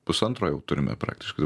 pusantro jau turime praktiškai